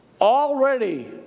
already